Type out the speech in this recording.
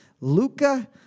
Luca